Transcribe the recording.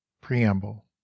preamble